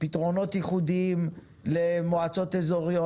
פתרונות ייחודיים למועצות אזוריות.